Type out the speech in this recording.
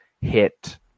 hit